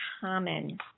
common